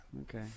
Okay